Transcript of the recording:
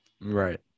Right